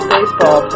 Baseball